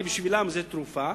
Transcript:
כי בשבילם זאת תרופה,